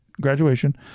graduation